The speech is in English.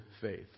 faith